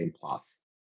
plus